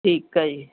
ਠੀਕ ਆ ਜੀ